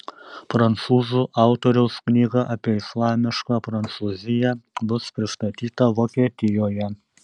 prancūzų autoriaus knyga apie islamišką prancūziją bus pristatyta vokietijoje